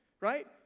Right